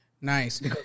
Nice